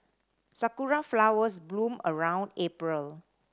sakura flowers bloom around April